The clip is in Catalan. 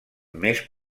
més